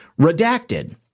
Redacted